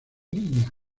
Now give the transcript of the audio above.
niña